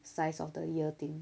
size of the ear thing